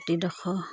মাটি দখৰ